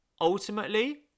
Ultimately